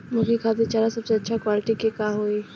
मुर्गी खातिर चारा सबसे अच्छा क्वालिटी के का होई?